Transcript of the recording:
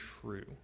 true